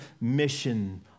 mission